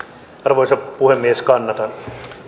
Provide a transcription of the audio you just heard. arvoisa puhemies kannatan